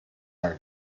are